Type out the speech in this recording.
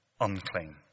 unclean